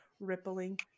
Rippling